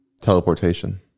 teleportation